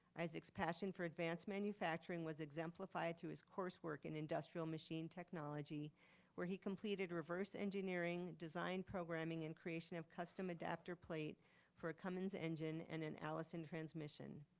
isaac's passion for advanced manufacturing was exemplified through his coursework in industrial machine technology where he completed reverse engineering design programming and creation of custom adaptor plate for a cummins engine and an allison transmission.